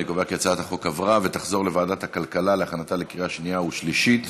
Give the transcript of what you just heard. ההצעה להעביר את הצעת חוק הגנת הצרכן (תיקון מס' 57)